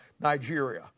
Nigeria